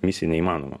misija neįmanoma